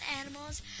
animals